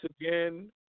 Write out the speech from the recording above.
again